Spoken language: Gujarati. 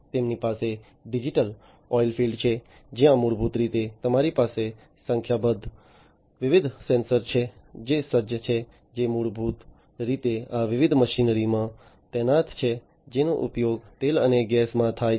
તેમની પાસે ડિજિટલ ઓઇલફિલ્ડ છે જ્યાં મૂળભૂત રીતે તમારી પાસે સંખ્યાબંધ વિવિધ સેન્સર છે જે સજ્જ છે જે મૂળભૂત રીતે આ વિવિધ મશીનરીમાં તૈનાત છે જેનો ઉપયોગ તેલ અને ગેસમાં થાય છે